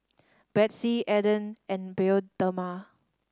Betsy Aden and Bioderma